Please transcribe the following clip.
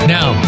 Now